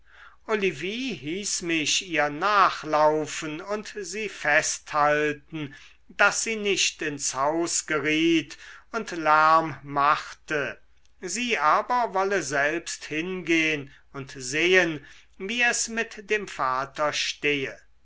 hieß mich ihr nachlaufen und sie festhalten daß sie nicht ins haus geriet und lärm machte sie aber wolle selbst hingehen und sehen wie es mit dem vater stehe